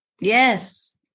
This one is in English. Yes